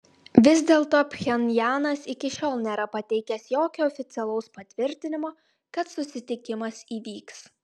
vis dėlto pchenjanas iki šiol nėra pateikęs jokio oficialaus patvirtinimo kad susitikimas įvyks